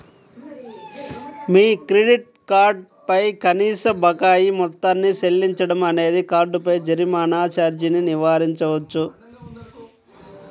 మీ credit card పై కనీస బకాయి మొత్తాన్ని చెల్లించడం అనేది కార్డుపై జరిమానా ఛార్జీని నివారించవచ్చు